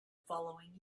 following